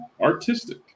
artistic